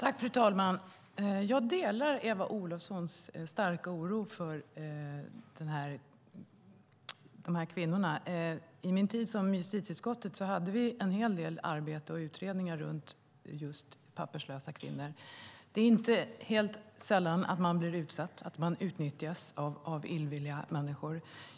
Fru talman! Jag delar Eva Olofssons starka oro för de här kvinnorna. Under min tid i justitieutskottet hade vi en hel del arbete och utredningar om just papperslösa kvinnor. Det är inte helt sällan som man blir utsatt, att man utnyttjas av illvilliga människor.